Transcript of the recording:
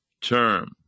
term